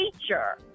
teacher